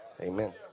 Amen